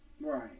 Right